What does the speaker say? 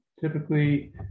typically